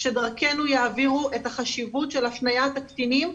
שדרכנו יעבירו את החשיבות של הפניית הקטינים,